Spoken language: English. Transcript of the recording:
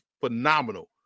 phenomenal